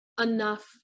enough